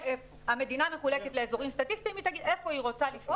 המדינה מחולקת לאזורים והיא תגיד היכן היא רוצה לפרוס.